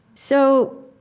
so,